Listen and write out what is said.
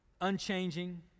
unchanging